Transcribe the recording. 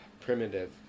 Primitive